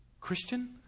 Christian